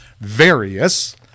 Various